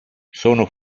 sono